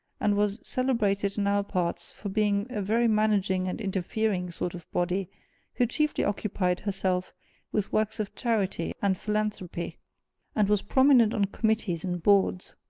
and was celebrated in our parts for being a very managing and interfering sort of body who chiefly occupied herself with works of charity and philanthropy and was prominent on committees and boards.